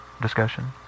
discussion